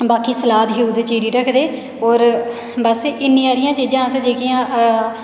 बाकी सलाद चीरी रखदे होर बस इन्नियां हारियां चीज़ां जेह्कियां अस